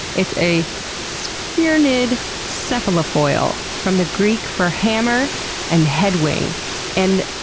it's a sphyrnid cephalofoil, from the greek for hammer and head wing and,